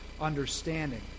understanding